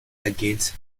against